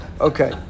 Okay